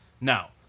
Now